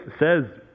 says